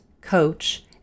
coach